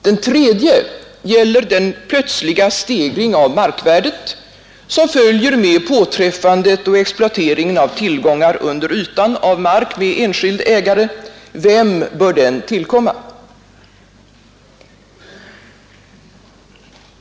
Den tredje gäller den plötsliga stegring av markvärdet som följer med påträffandet och exploateringen av tillgångar under ytan av mark med enskild ägare — vem bör den tillkomma?